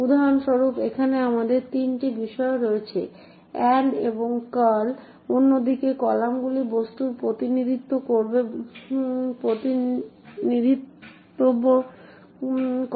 উদাহরণস্বরূপ এখানে আমাদের তিনটি বিষয় রয়েছে অ্যান এবং কার্ল অন্যদিকে কলামগুলি বস্তুর প্রতিনিধিত্ববব করে